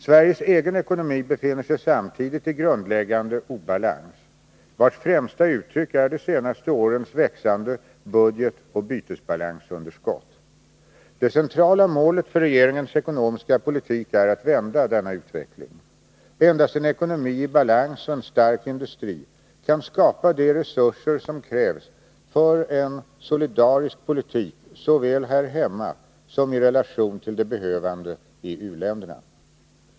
Sveriges egen ekonomi befinner sig samtidigt i grundläggande obalans, vars främsta uttryck är de senaste årens växande budgetoch bytesbalansunderskott. Det centrala målet för regeringens ekonomiska politik är att vända denna utveckling. Endast en ekonomi i balans och en stark industri kan skapa de resurser som krävs för en solidarisk politik såväl här hemma som i relation till de behövande i u-länderna.